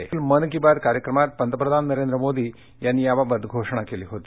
या महिन्यातील मन की बात कार्यक्रमांत पंतप्रधान नरेंद्र मोदी यांनी याबाबत घोषणा केली होती